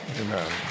Amen